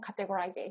categorization